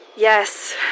Yes